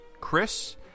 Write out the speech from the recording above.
Chris